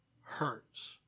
hurts